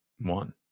one